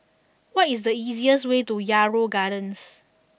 what is the easiest way to Yarrow Gardens